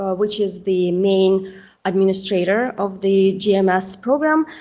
ah which is the main administrator of the gms program,